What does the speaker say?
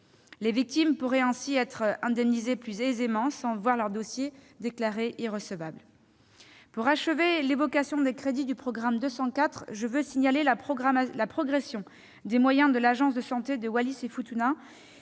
Les victimes pourraient ainsi être indemnisées plus aisément, sans voir leur dossier déclaré irrecevable. Enfin, à propos des crédits du programme 204, je veux signaler l'augmentation des moyens de l'agence de santé de Wallis-et-Futuna,